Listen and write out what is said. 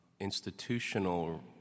institutional